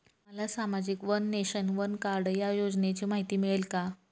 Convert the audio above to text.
मला सामाजिक one nation, one card या योजनेची माहिती मिळेल का?